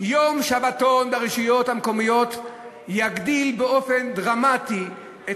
יום שבתון בבחירות לרשויות המקומיות יגדיל באופן דרמטי את